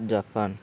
Japan